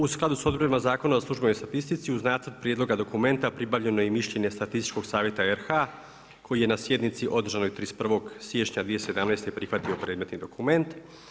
U skladu s odredbama Zakona o službenoj statistici uz Nacrt prijedloga dokumenta pribavljeno je mišljenje Statističkog savjeta RH koji je na sjednici održanoj 31. siječnja 2017. prihvatio predmetni dokument.